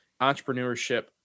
entrepreneurship